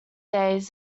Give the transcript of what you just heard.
days